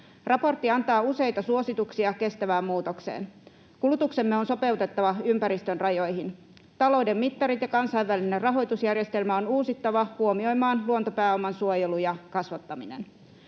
Raportti antaa useita suosituksia kestävään muutokseen. Kulutuksemme on sopeutettava ympäristön rajoihin. Talouden mittarit ja kansainvälinen rahoitusjärjestelmä on uusittava huomioimaan luontopääoman suojelu ja kasvattaminen.